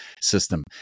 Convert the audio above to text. system